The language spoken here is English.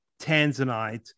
Tanzanite